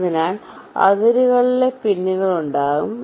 അതിനാൽ അതിരുകളിൽ പിന്നുകൾ ഉണ്ടാകും